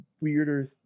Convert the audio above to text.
weirder